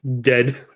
dead